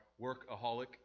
workaholic